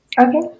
Okay